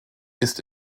ist